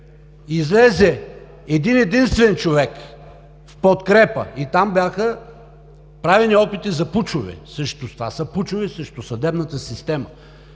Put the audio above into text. излезе един-единствен човек в подкрепа и там бяха правени опити за пучове, защото това са пучове срещу съдебната система,